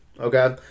okay